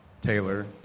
Taylor